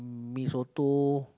Mee-Soto